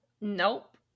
Nope